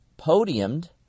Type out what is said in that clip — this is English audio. podiumed